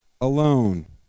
alone